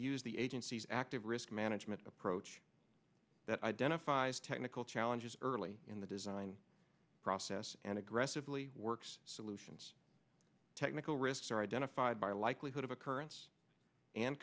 used the agency's active risk management approach that identifies technical challenges early in the design process and aggressively works solutions technical risks are identified by likelihood of occurrence and